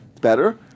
Better